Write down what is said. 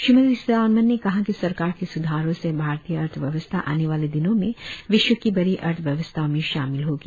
श्रीमती सीतारामन ने कहा कि सरकर के सुधारों से भारतीय अर्थव्यवस्था आने वाले दिनों में विश्व की बडी अर्थव्यवस्थाओं में शामिल होगी